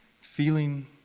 feeling